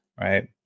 right